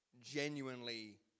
genuinely